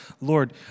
Lord